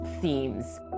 themes